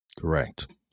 Correct